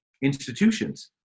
institutions